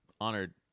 Honored